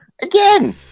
Again